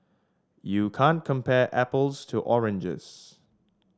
you can't compare apples to oranges